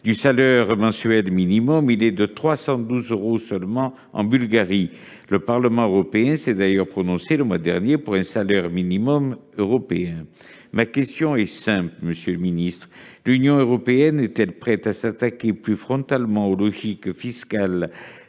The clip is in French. Le salaire mensuel minimum, par exemple, est de 312 euros seulement en Bulgarie. Le Parlement européen s'est d'ailleurs prononcé, le mois dernier, pour un salaire minimum européen. Ma question est simple, monsieur le secrétaire d'État : l'Union européenne est-elle prête à s'attaquer plus frontalement aux logiques fiscales